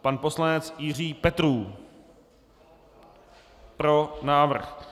Pan poslanec Jiří Petrů: Pro návrh.